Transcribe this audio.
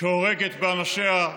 שהורגת באנשיה,